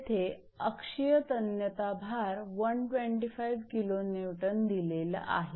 येथे अक्षीय तन्यता भार 125 𝑘𝑁 दिलेला आहे